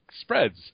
spreads